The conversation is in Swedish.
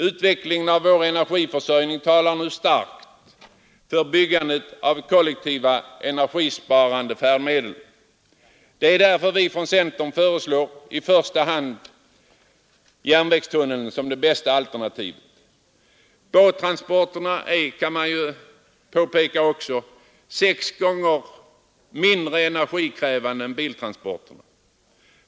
Utvecklingen av vår energiförsörjning talar nu starkt för byggandet av kollektiva energisparande färdmedel. Det är därför vi från centern föreslår i första hand järnvägstunneln som det bästa alternativet. Båttransporter är — det bör påpekas — sex gånger mindre energikrävande än biltransporter.